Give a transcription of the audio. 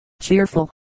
cheerful